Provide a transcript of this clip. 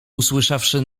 usłyszawszy